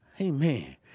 Amen